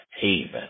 haven